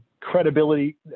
credibility